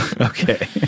Okay